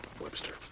Webster